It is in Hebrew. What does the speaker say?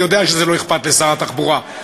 אני יודע שזה לא אכפת לשר התחבורה,